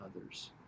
others